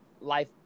life